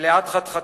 מלאת חתחתים.